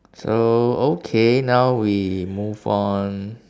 so okay now we move on